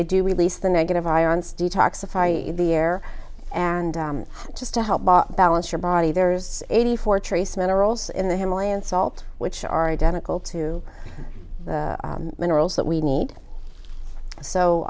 they do release the negative ions detoxify the air and just to help balance your body there is eighty four trace minerals in the himalayan salt which are identical to minerals that we need so